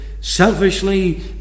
selfishly